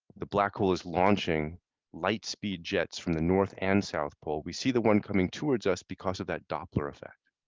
the black hole is launching lightspeed jets from the north and south call. we see the one coming toward us because of the doppler effect.